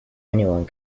anyone